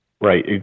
Right